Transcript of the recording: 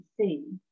see